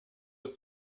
ist